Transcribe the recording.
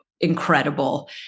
incredible